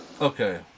Okay